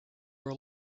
were